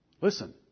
Listen